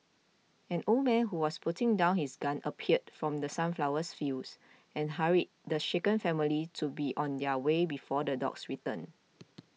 an old man who was putting down his gun appeared from The Sunflowers fields and hurried the shaken family to be on their way before the dogs return